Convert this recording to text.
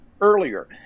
earlier